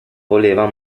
voleva